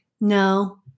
No